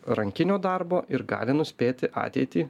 rankinio darbo ir gali nuspėti ateitį